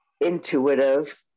intuitive